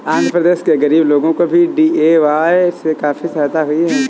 आंध्र प्रदेश के गरीब लोगों को भी डी.ए.वाय से काफी सहायता हुई है